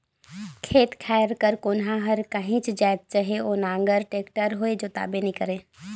खेत खाएर कर कोनहा हर काहीच जाएत चहे ओ नांगर, टेक्टर होए जोताबे नी करे